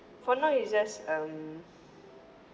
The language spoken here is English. for now it's just um